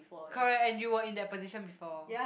correct and you were in that position before